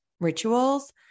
rituals